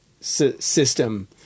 system